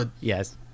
yes